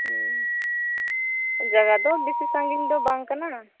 ᱡᱟᱜᱟ ᱫᱚ ᱵᱮᱥᱤ ᱥᱟᱺᱜᱤᱧ ᱫᱚ ᱵᱟᱝ ᱠᱟᱱᱟ